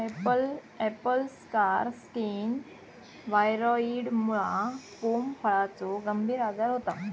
Apple scar skin व्हायरॉइडमुळा pome फळाचो गंभीर आजार होता